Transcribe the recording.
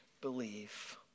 believe